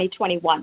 2021